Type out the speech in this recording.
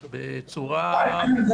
הקודמת.